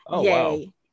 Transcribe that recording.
yay